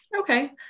Okay